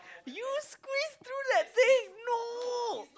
you squeeze through that thing no